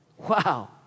Wow